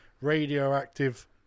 radioactive